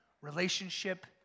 Relationship